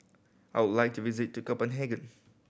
I would like to visit to Copenhagen